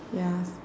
ya